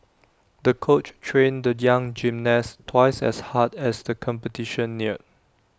the coach trained the young gymnast twice as hard as the competition neared